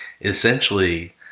essentially